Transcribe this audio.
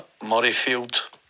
Murrayfield